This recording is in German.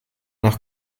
nach